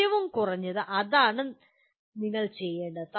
ഏറ്റവും കുറഞ്ഞത് അതാണ് നിങ്ങൾ ചെയ്യേണ്ടത്